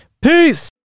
Peace